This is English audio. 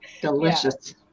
Delicious